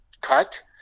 cut